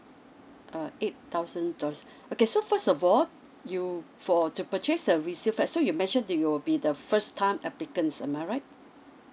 uh eight thousand dollars okay so first of all you for to purchase a resale flat so you mentioned that you will be the first time applicant am I right